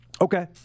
Okay